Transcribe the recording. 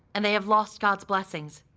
and they have lost god's blessings.